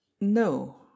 No